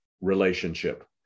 relationship